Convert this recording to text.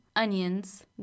onions